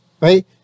right